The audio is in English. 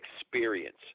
experience